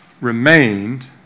remained